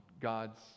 God's